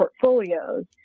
portfolios